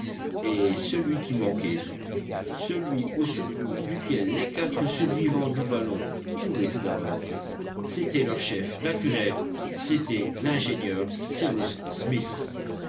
et celui qui manquait celui au secours duquel les quatre survivants du ballon couraient tout d'abord c'était leur chef naturel c'était l'ingénieur cyrus smith